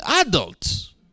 adults